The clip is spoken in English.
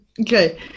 Okay